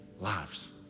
lives